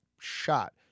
shot